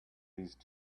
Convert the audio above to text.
these